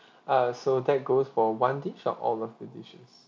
okay uh so that goes for one dish or all of the dishes